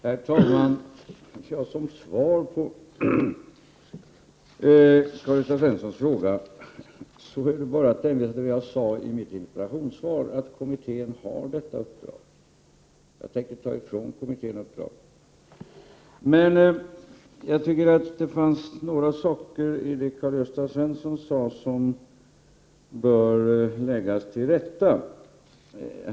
Herr talman! Jag vill som svar på Karl-Gösta Svensons fråga hänvisa till det som jag sade i mitt interpellationssvar om att kommittén har detta uppdrag. Jag tänker ta ifrån kommittén det uppdraget. Men jag tycker att det fanns några saker i det som Karl-Gösta Svenson sade som bör läggas till rätta.